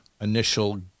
initial